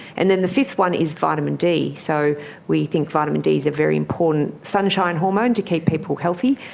and then the fifth one is vitamin d. so we think vitamin d is a very important sunshine hormone to keep people healthy.